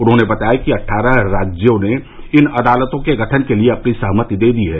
उन्होंने बताया कि अट्ठारह राज्यों ने इन अदालतों के गठन के लिए अपनी सहमति दे दी है